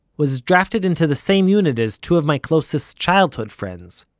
was drafted into the same unit as two of my closest childhood friends,